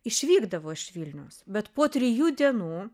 išvykdavo iš vilniaus bet po trijų dienų